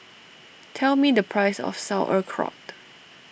tell me the price of Sauerkraut